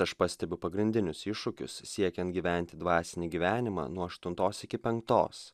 aš pastebiu pagrindinius iššūkius siekiant gyventi dvasinį gyvenimą nuo aštuntos penktos